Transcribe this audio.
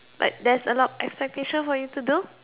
like there is a lot expectation for you to do